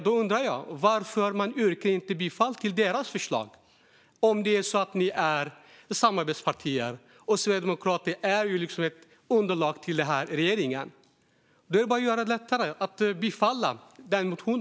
Då undrar jag varför ni inte ställer er bakom deras förslag om ni är samarbetspartier, och Sverigedemokraterna är en del av regeringsunderlaget. Det är bara att bifalla deras motion.